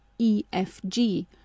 EFG